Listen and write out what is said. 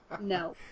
No